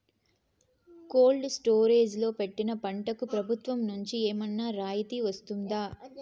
Cold storage లో పెట్టిన పంటకు ప్రభుత్వం నుంచి ఏమన్నా రాయితీ వస్తుందా?